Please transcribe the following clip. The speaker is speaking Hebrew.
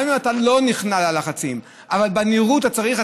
גם אם אתה לא נכנע ללחצים, אבל בנראות אתה צריך.